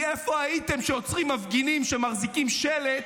איפה הייתם כשעוצרים מפגינים שמחזיקים שלט?